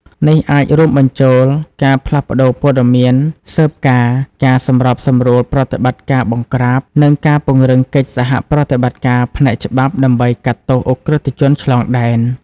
នេះអាចរួមបញ្ចូលការផ្លាស់ប្តូរព័ត៌មានស៊ើបការណ៍ ការសម្របសម្រួលប្រតិបត្តិការបង្ក្រាប និងការពង្រឹងកិច្ចសហប្រតិបត្តិការផ្នែកច្បាប់ដើម្បីកាត់ទោសឧក្រិដ្ឋជនឆ្លងដែន។